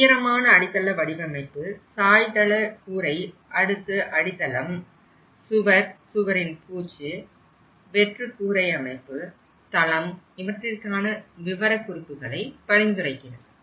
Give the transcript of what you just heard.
உயரமான அடித்தள வடிவமைப்பு சாய்தள கூரை அடுத்து அடித்தளம் சுவர் சுவரின் பூச்சு வெற்று கூரை அமைப்பு தளம் இவற்றிற்கான விவரக்குறிப்புகளை பரிந்துரைக்கிறது